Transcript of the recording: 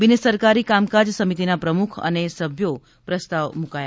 બિનસરકારી કામકાજ સમિતિના પ્રમુખ અને સભ્યો પ્રસ્તાવ મુકાયા હતા